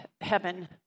heaven